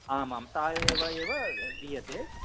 आम् आं सा एव एव दीयते